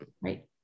Right